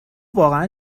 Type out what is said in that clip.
واقعا